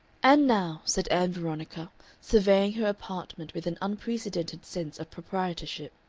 and now, said ann veronica surveying her apartment with an unprecedented sense of proprietorship,